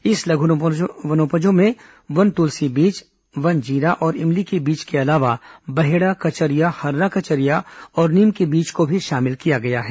इस लघु वनोपजों में वन तुलसी बीज वन जीरा और इमली के बीज के अलावा बहेड़ा कचरिया हर्रा कचरिया और नीम के बीज को भी शामिल किया गया है